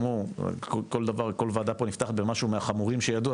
כל ועדה פה נפתחת במשבר מהחמורים שידעו,